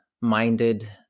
minded